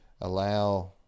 allow